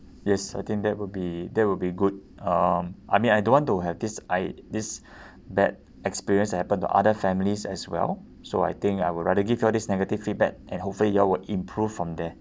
yes I think that will be that will be good um I mean I don't want to have this I this bad experience happen to other families as well so I think I would rather give y'all this negative feedback and hopefully y'all will improve from there